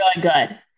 good